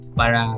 para